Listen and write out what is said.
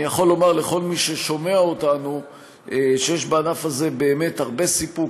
אני יכול לומר לכל מי ששומע אותנו שיש בענף הזה הרבה סיפוק,